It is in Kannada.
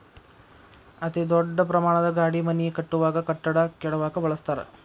ಅತೇ ದೊಡ್ಡ ಪ್ರಮಾಣದ ಗಾಡಿ ಮನಿ ಕಟ್ಟುವಾಗ, ಕಟ್ಟಡಾ ಕೆಡವಾಕ ಬಳಸತಾರ